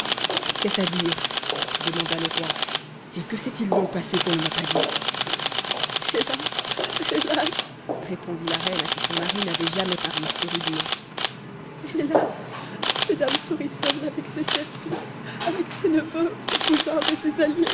qu'est-ce à dire demanda le roi et que s'est-il donc passé qu'on ne m'a pas dit hélas hélas répondit la reine à qui son mari n'avait jamais parlé si rudement hélas c'est dame souriçonne avec ses sept fils avec ses neveux ses cousins et